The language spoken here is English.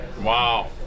Wow